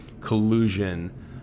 collusion